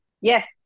Yes